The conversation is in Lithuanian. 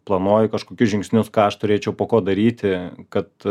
planuoju kažkokius žingsnius ką aš turėčiau po ko daryti kad